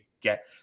get –